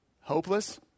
hopeless